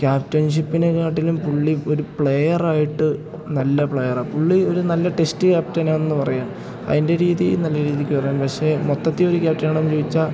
captain ഷിപ്പിനെ കാട്ടിലും പുള്ളി ഒരു പ്ലെയറായിട്ട് നല്ല പ്ലെയർ ആണ് പുള്ളി ഒരു നല്ല ടെസ്റ്റ് ക്യാപ്റ്റനാണെന്ന് പറയാം അതിൻ്റെ രീതി നല്ല രീതിക്ക് പറയാം പക്ഷെ മൊത്തത്തിൽ ഒരു ക്യാപ്റ്റനാണോയെന്ന് ചോദിച്ചാൽ